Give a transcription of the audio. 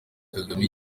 kagame